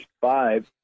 five